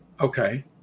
Okay